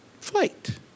flight